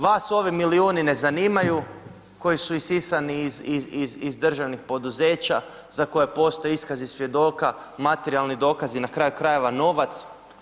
Vas ovi milijuni ne zanimaju koji su isisani iz državnih poduzeća za koje postoje iskazi svjedoka, materijalni dokazi, na kraju krajeva novac.